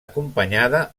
acompanyada